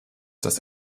das